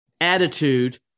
attitude